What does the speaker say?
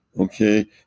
Okay